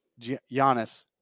Giannis